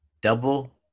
double